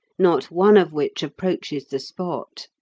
not one of which approaches the spot.